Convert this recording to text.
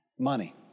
money